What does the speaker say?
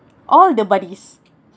all the buddies